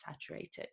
saturated